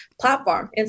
platform